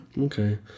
Okay